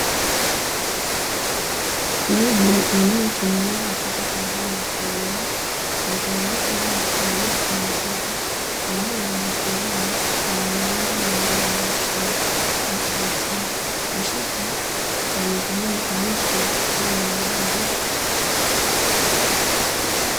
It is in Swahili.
Maji yanayotiririka kutoka juu ya kilima na kuna miti mingi mirefu kwa mifupi, eneo limetulia na lina mandhari nzuri ya asili ya kuvutia, msitu wenye kijani kibichi kila mahali.